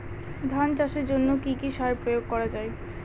ধান চাষের জন্য কি কি সার প্রয়োগ করা য়ায়?